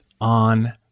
on